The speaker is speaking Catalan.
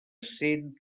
cent